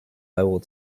will